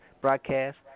broadcast